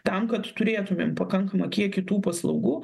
tam kad turėtumėm pakankamą kiekį tų paslaugų